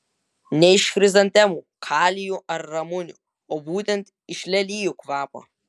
ne iš chrizantemų kalijų ar ramunių o būtent iš lelijų kvapo